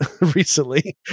recently